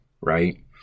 right